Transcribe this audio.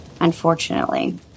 unfortunately